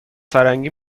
فرنگی